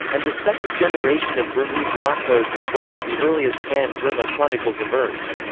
and the second generation of burmese law codes as well as the earliest pan-burma chronicles emerged.